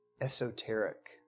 esoteric